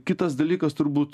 kitas dalykas turbūt